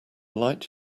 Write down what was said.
light